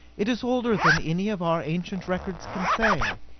it is older than any of our ancient records can say.